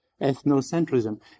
ethnocentrism